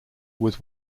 was